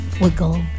wiggle